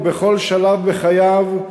ובכל שלב בחייו,